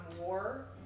War